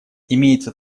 имеется